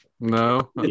No